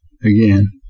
again